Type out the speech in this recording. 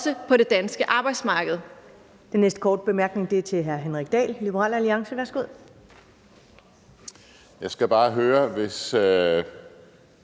på det danske arbejdsmarked.